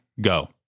go